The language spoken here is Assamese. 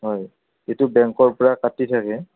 হয় এইটো বেংকৰ পৰা কাটি থাকে